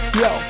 yo